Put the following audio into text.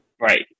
right